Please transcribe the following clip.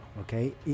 okay